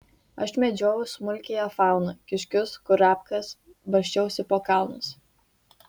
aš medžiojau smulkiąją fauną kiškius kurapkas basčiausi po kalnus